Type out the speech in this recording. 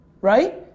right